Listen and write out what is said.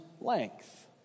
length